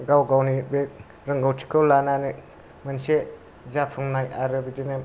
गाव गावनि बे रोंगौथिखौ लानानै मोनसे जाफुंनाय आरो बिदिनो